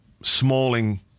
Smalling